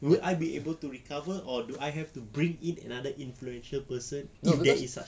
will I be able to recover or do I have to bring in another influential person if there is such thing